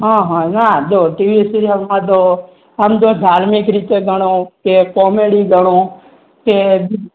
હં હં ના જો ટીવી સિરિયલમાં તો આમ તો ધાર્મિક રીતે ગણો કે કોમેડી ગણો કે